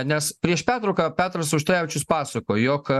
nes prieš pertrauką petras auštrevičius pasakojo jog